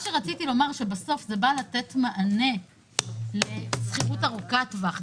רציתי לומר שבסוף זה בא לתת מענה לשכירות ארוכת טווח.